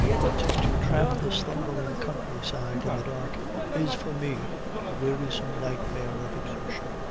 but to tramp the slumbering country-side in the dark is for me a wearisome nightmare of exertion.